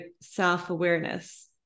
self-awareness